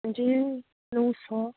बिदि नौस'